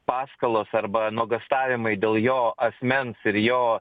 paskalos arba nuogąstavimai dėl jo asmens ir jo